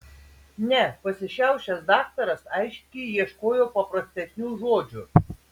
ne pasišiaušęs daktaras aiškiai ieškojo paprastesnių žodžių